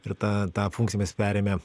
ir tą tą funkciją mes perėmę